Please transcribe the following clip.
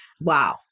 Wow